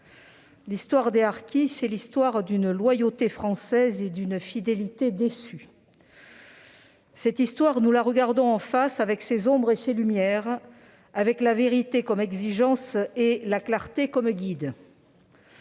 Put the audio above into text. L'histoire des harkis, c'est l'histoire d'une loyauté française et d'une fidélité déçue. Cette histoire, nous la regardons en face, avec ses ombres et ses lumières, avec la vérité comme exigence et la clarté comme guide.